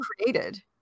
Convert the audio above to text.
created